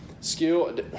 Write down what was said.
skill